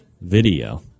Video